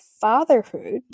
fatherhood